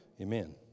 Amen